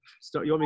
start